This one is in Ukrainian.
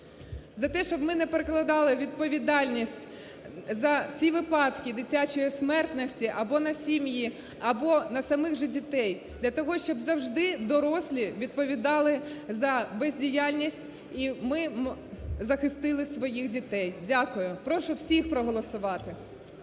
За те, щоб ми не перекладали відповідальність за ті випадки дитячої смертності або на сім'ї, або на самих же дітей для того, щоб завжди дорослі відповідали за бездіяльність і ми захистили своїх дітей. Дякую. Прошу всіх проголосувати.